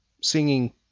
singing